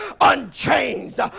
unchanged